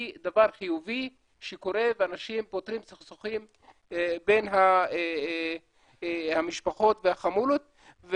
היא דבר חיובי שקורה ואנשים פותרים סכסוכים בין המשפחות והחמולות.